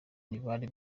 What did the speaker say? ntibari